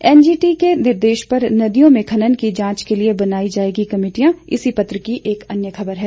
NGT के निर्देश पर नदियों में खनन की जांच के लिए बनाई जाएंगी कमेटियां इसी पत्र की एक अन्य खबर है